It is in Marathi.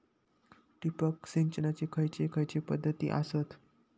ठिबक सिंचनाचे खैयचे खैयचे पध्दती आसत?